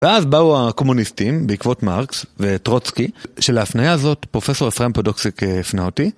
ואז באו הקומוניסטים בעקבות מרקס וטרוצקי. שלהפניה הזאת, פרופסור אפרים פודוקסיק הפנה אותי.